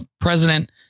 president